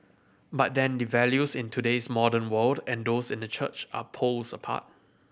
but then the values in today's modern world and those in the church are poles apart